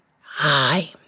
hi